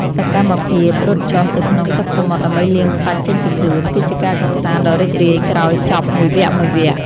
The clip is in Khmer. សកម្មភាពរត់ចុះទៅក្នុងទឹកសមុទ្រដើម្បីលាងខ្សាច់ចេញពីខ្លួន គឺជាការកម្សាន្តដ៏រីករាយក្រោយចប់មួយវគ្គៗ។